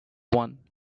one